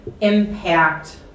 impact